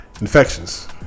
infections